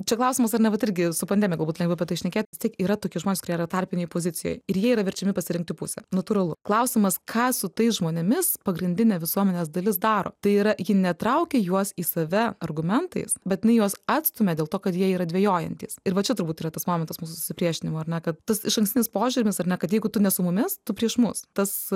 čia klausimas ar ne vat irgi su pandemiku būtų lengviau apie tai šnekėt vis tiek yra tokie žmonės kurie yra tarpinėj pozicijoj ir jie yra verčiami pasirinkti pusę natūralu klausimas ką su tais žmonėmis pagrindinė visuomenės dalis daro tai yra ji netraukia juos į save argumentais bet jinai juos atstumia dėl to kad jie yra dvejojantys ir va čia turbūt yra tas momentas mūsų susipriešinimo ar ne kad tas išankstinis požiūris ar ne kad jeigu tu ne su mumis tu prieš mus tas